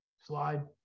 slide